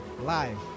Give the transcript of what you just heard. live